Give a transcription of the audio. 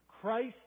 Christ